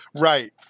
Right